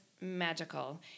magical